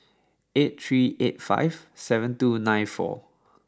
eight three eight five seven two nine four